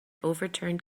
overturned